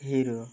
hero